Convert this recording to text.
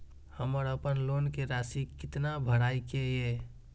हमर अपन लोन के राशि कितना भराई के ये?